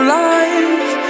life